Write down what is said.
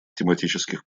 тематических